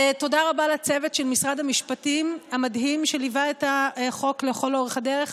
תודה רבה לצוות של משרד המשפטים המדהים שליווה את החוק לכל אורך הדרך,